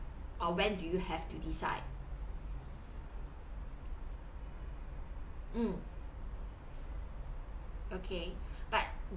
when do you have to decide mm okay but